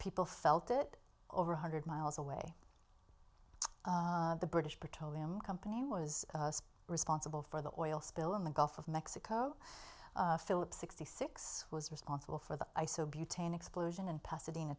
people felt it over one hundred miles away the british petroleum company was responsible for the oil spill in the gulf of mexico phillips sixty six was responsible for the i saw butane explosion in pasadena